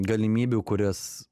galimybių kurias